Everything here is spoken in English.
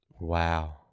Wow